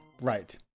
right